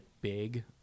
big